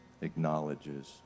acknowledges